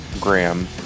Graham